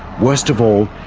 worst of all,